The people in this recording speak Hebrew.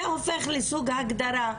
זה הופך להיות סוג של הגדרה,